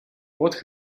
what